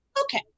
okay